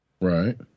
Right